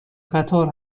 قطار